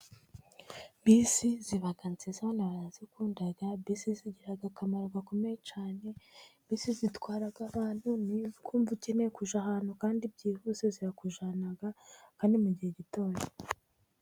Bisi barazikunda zigira akamaro gakomeye cyane. Bisi zitwara abantu ni ukumva ukeneye kujya ahantu kandi byihuse zirakujyana kandi mu gihe gito.